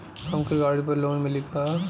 हमके गाड़ी पर लोन मिली का?